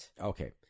Okay